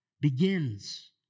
begins